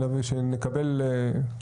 שנקבל מושג.